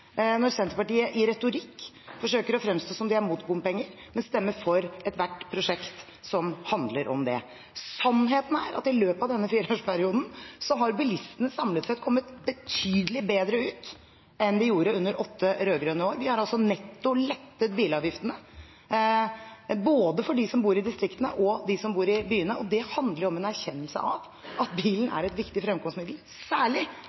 når Senterpartiet i retorikk forsøker å fremstå som om de er mot bompenger, men stemmer for ethvert prosjekt som handler om det. Sannheten er at i løpet av denne fireårsperioden har bilistene samlet sett kommet betydelig bedre ut enn det de gjorde under åtte rød-grønne år. Vi har netto lettet bilavgiftene både for dem som bor i distriktene, og for dem som bor i byene. Det handler om en erkjennelse av at bilen er et viktig fremkomstmiddel, særlig